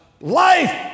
life